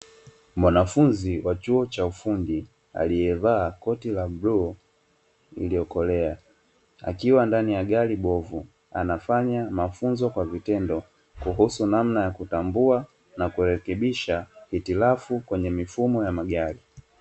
Mwanafunzi wa chuo cha ufundi aliyevaa koti la bluu iliyokolea, akiwa ndani ya gari bovu anafanya mafunzo kwa vitendo kuhusu namna ya kutambua na kurekebisha hitilafu kwenye mifumo ya magari.